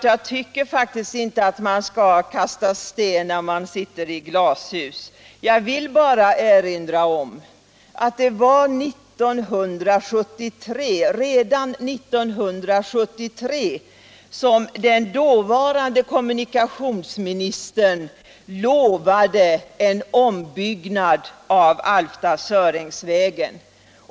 Jag tycker faktiskt inte att man skall kasta sten när man sitter i glashus. Jag vill bara erinra om att det var redan 1973 som dåvarande kommunikationsministern lovade en ombyggnad av Alfta-Sörängsvägen.